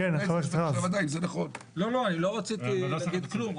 לא, לא, אני לא רציתי להגיד כלום.